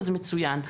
וזה מצוין.